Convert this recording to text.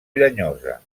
llenyosa